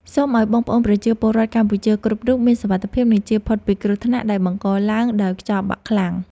សូមឱ្យបងប្អូនប្រជាពលរដ្ឋកម្ពុជាគ្រប់រូបមានសុវត្ថិភាព និងចៀសផុតពីគ្រោះថ្នាក់ដែលបង្កឡើងដោយខ្យល់បក់ខ្លាំង។